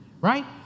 right